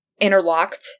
interlocked